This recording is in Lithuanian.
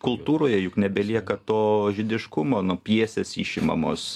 kultūroje juk nebelieka to žydiškumo nu pjesės išimamos